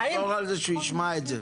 תחזור על זה שהוא ישמע את זה.